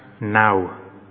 now